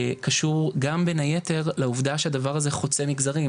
קשור גם בין היתר לעובדה שהדבר הזה חוצה מגזרים.